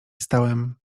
stałem